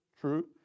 true